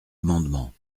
amendement